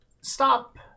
stop